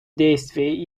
действий